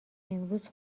امروز